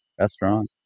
Restaurant